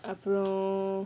அப்புறம்:appuram